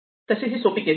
तसे हे सोपी केस आहे